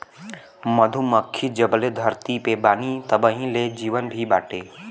मधुमक्खी जबले धरती पे बानी तबही ले जीवन भी बाटे